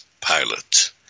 pilot